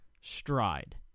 Stride